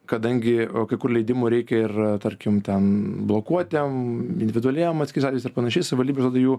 kadangi o kai kur leidimų reikia ir tarkim ten blokuotiem individualiem ekskizalis ir panašiai savivaldybė tada jų